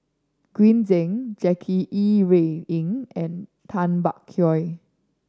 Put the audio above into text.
Green Zeng Jackie Yi Ru Ying and Tay Bak Koi